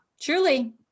truly